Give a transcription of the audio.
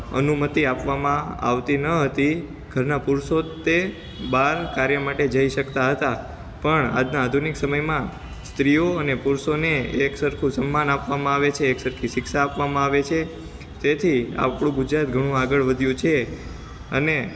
અનુમતિ આપવામાં આવતી ન હતી ઘરના પુરુષો તે બહાર કાર્ય માટે જઈ શકતા હતા પણ આજના આધુનિક સમયમાં સ્ત્રીઓ અને પુરુષોને એક સરખું સન્માન આપવામાં આવે છે એક સરખી શિક્ષા આપવામાં આવે છે તેથી આપળુ ગુજરાત ઘણું આગળ વધ્યું છે અને